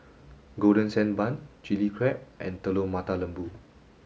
golden sand bun chilli crab and Telur Mata Lembu